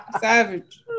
savage